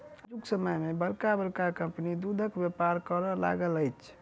आजुक समय मे बड़का बड़का कम्पनी दूधक व्यापार करय लागल अछि